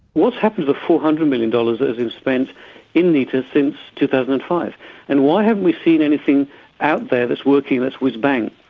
what's happened to the four hundred million dollars that has been spent in nehta since two thousand and five and why haven't we seen anything out there that's working that's whiz bang.